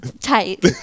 tight